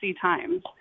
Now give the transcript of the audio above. times